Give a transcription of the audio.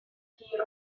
hir